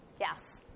Yes